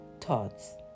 thoughts